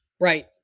Right